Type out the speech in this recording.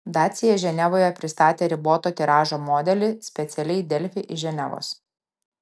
dacia ženevoje pristatė riboto tiražo modelį specialiai delfi iš ženevos